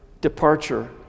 departure